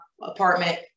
apartment